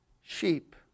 sheep